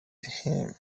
him